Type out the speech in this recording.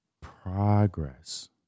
progress